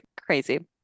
crazy